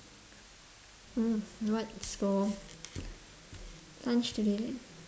mm what's for lunch today